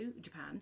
japan